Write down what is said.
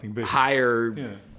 higher